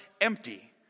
empty